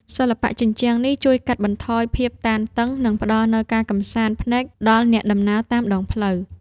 សិល្បៈជញ្ជាំងនេះជួយកាត់បន្ថយភាពតានតឹង និងផ្ដល់នូវការកម្សាន្តភ្នែកដល់អ្នកដំណើរតាមដងផ្លូវ។